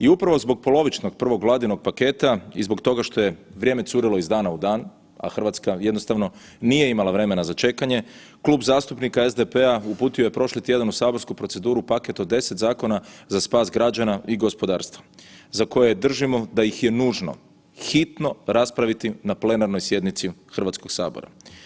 I upravo zbog polovičnog prvog Vladinog paketa i zbog toga što je vrijeme curilo iz dana u dan, a Hrvatska jednostavno nije imala vremena za čekanje Klub zastupnika SDP-a uputio je prošli tjedan u saborsku proceduru paket od 10 zakona za spas građana i gospodarstva za koje držimo da ih je nužno hitno raspraviti na plenarnoj sjednici Hrvatskog sabora.